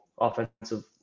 offensive